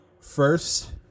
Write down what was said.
first